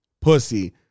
pussy